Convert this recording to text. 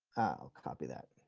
i'll copy that.